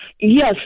Yes